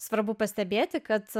svarbu pastebėti kad